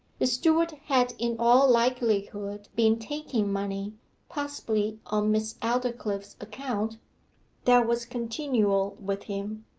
the steward had in all likelihood been taking money possibly on miss aldclyffe's account that was continual with him.